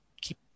keep